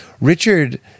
Richard